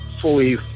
fully